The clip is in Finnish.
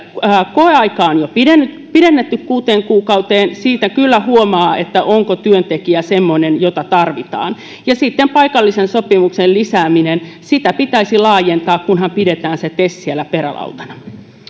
koeaikaa on jo pidennetty pidennetty kuuteen kuukauteen siitä kyllä huomaa onko työntekijä semmoinen jota tarvitaan ja sitten paikallisen sopimisen lisääminen sitä pitäisi laajentaa kunhan pidetään tes perälautana